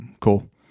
cool